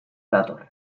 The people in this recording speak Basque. dator